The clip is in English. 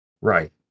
right